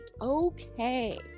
Okay